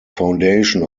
foundation